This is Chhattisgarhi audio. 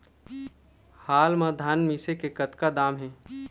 हाल मा धान मिसे के कतका दाम हे?